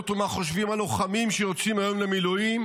ומה חושבים הלוחמים שיוצאים היום למילואים,